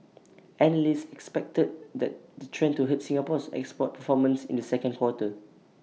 analysts expected that the trend to hurt Singapore's export performance in the second quarter